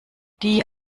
die